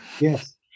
Yes